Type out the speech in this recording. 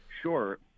Sure